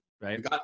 right